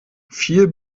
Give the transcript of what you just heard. viel